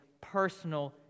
personal